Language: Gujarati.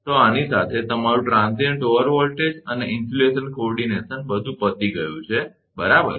તો આની સાથે તમારું ટ્રાંઝિઇન્ટ ઓવરવોલ્ટેજ અને ઇન્સ્યુલેશન કોર્ડિનેશન બધું પતી ગયું છે બરાબર